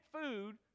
food